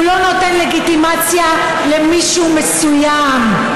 הוא לא נותן לגיטימציה למישהו מסוים.